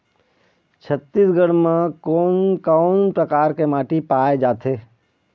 छत्तीसगढ़ म कोन कौन प्रकार के माटी पाए जाथे?